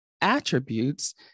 attributes